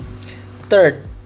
third